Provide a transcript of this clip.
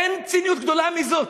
אין ציניות גדולה מזאת.